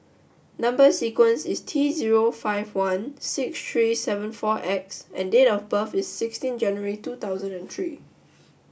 number sequence is T zero five one six three seven four X and date of birth is sixteen January two thousand and three